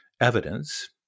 evidence